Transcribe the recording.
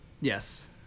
Yes